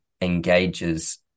engages